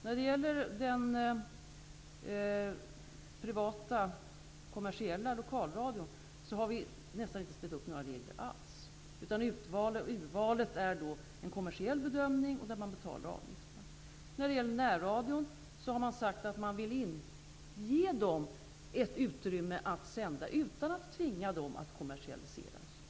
När det gäller den privata kommersiella lokalradion har vi nästan inte ställt upp några regler alls. Urvalet är en kommersiell bedömning, och man betalar avgifter. Beträffande närradion har man sagt att man vill ge den utrymme att sända utan att tvinga den att kommersialiseras.